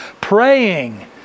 praying